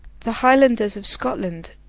the highlanders of scotland,